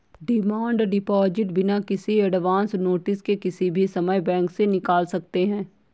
demand deposit बिना किसी advance notice के किसी भी समय बैंक से निकाल सकते है